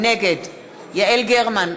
נגד יעל גרמן,